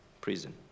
prison